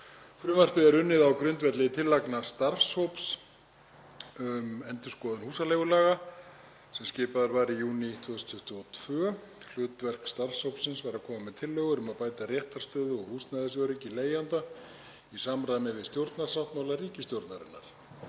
Frumvarpið er unnið á grundvelli tillagna starfshóps um endurskoðun húsaleigulaga sem skipaður var í júní 2022. Hlutverk starfshópsins var að koma með tillögur um að bæta réttarstöðu og húsnæðisöryggi leigjenda í samræmi við stjórnarsáttmála ríkisstjórnarinnar.